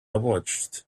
watched